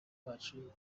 bacu